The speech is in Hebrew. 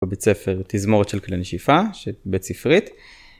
בבית ספר תזמורת של כלי נשיפה בית ספרית.